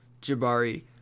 Jabari